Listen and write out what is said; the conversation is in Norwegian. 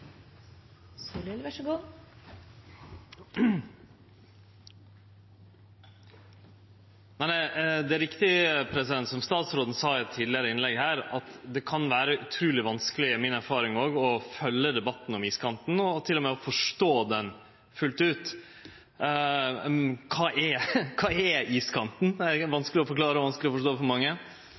Det er riktig, som statsråden sa i eit tidlegare innlegg her, at det kan vere utruleg vanskeleg – det er mi erfaring også – å følgje debatten om iskanten, og til og med forstå han fullt ut. Kva er iskanten? Det er vanskeleg å forklare og vanskeleg å forstå for mange.